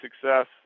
success